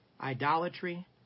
idolatry